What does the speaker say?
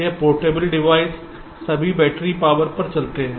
यह portable device सभी battery power पर चलता है